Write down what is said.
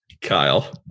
Kyle